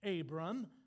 Abram